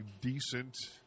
decent